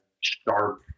sharp